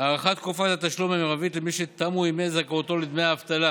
הארכת תקופת התשלום המרבית למי שתמו ימי זכאותו לדמי אבטלה,